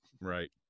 Right